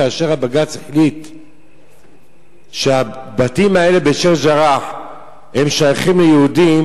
כאשר הבג"ץ החליט שהבתים האלה בשיח'-ג'ראח שייכים ליהודים,